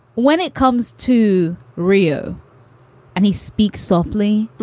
when it comes to rio and he speaks softly,